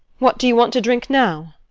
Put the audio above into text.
what do you want to drink now?